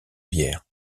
bière